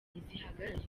ntizigihagarariwe